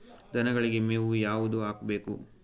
ದನಗಳಿಗೆ ಮೇವು ಯಾವುದು ಹಾಕ್ಬೇಕು?